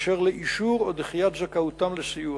באשר לאישור או דחייה של זכאותם לסיוע.